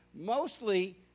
mostly